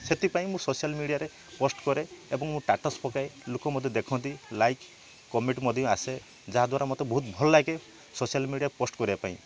ସେଥିପାଇଁ ମୁଁ ସୋସିଆଲ୍ ମିଡ଼ିଆରେ ପୋଷ୍ଟ କରେ ଏବଂ ମୋ ଟାଟସ୍ ପକାଏ ଲୋକ ମୋତେ ଦେଖନ୍ତି ଲାଇକ୍ କମେଣ୍ଟ ମଧ୍ୟ ଆସେ ଯାହାଦ୍ୱାରା ମୋତେ ଭଲ ଲାଗେ ସୋସିଆଲ୍ ମିଡ଼ିଆ ପୋଷ୍ଟ କରିବା ପାଇଁ